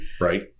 Right